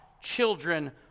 children